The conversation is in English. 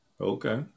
Okay